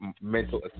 mental